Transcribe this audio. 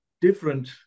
different